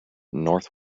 north